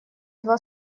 два